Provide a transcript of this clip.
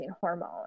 hormone